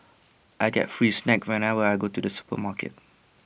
I get free snack whenever I go to the supermarket